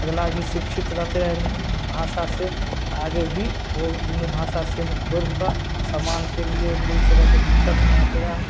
अगिला भी शिक्षित रहतै रहै भाषा से तऽ आगे भी ओ दुनू भाषा से बोलिकऽ समानके लिए कोइ तरहके दिक्कत नहि होतै रहै